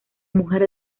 mujer